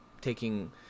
taking